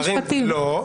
לא.